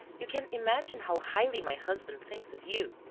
you can't imagine how highly my husband thinks of you.